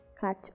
Catch